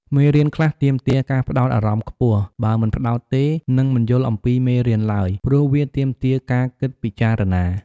មេរៀនខ្លះទាមទារការផ្ដោតអារម្មណ៍ខ្ពស់ បើមិនផ្ដោតទេ នឹងមិនយល់អំពីមេរៀនឡើយ ព្រោះវាទាមទារការគិតពិចារណា។